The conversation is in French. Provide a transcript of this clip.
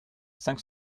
cinq